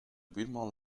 buurman